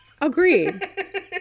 Agreed